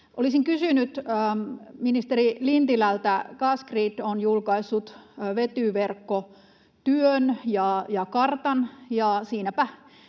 Olisin kysynyt ministeri Lintilältä: Gasgrid on julkaissut vetyverkkotyön ja ‑kartan,